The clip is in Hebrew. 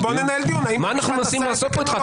בוא ננהל דיון האם --- מה אנחנו מנסים לעשות פה איתך?